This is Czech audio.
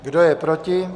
Kdo je proti?